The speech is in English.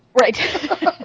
Right